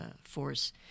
force